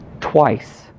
twice